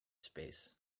space